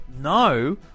No